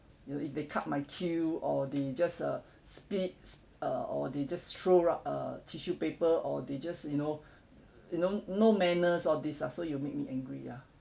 you know if they cut my queue or they just uh spits uh or they just throw ru~ uh tissue paper or they just you know you know no manners all these ah so it'll make me angry ya